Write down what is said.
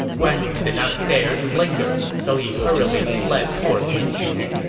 guan yu did not dare to linger, so he hurriedly fled toward linju.